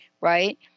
right